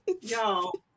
Y'all